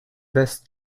best